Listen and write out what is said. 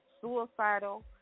suicidal